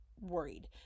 worried